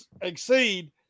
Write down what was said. exceed